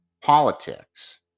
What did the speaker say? politics